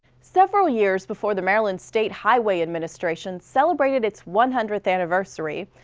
several years before the maryland state highway administration celebrated its one hundredth anniversary,